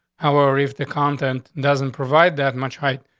how or if the content doesn't provide that much height.